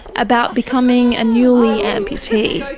about becoming a newly amputee.